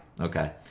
Okay